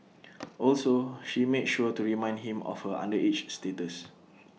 also she made sure to remind him of her underage status